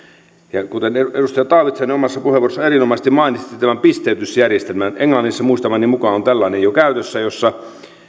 kuten edustaja taavitsainen omassa puheenvuorossaan erinomaisesti mainitsi tämän pisteytysjärjestelmän englannissa muistamani mukaan on tällainen jo käytössä jossa